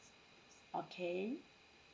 okay